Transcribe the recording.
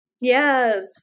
yes